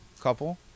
Couple